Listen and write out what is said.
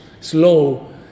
slow